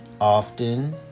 often